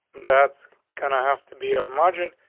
that's gonna have to be our margin.